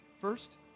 first